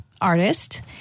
artist